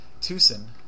Tucson